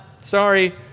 sorry